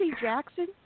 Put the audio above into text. jackson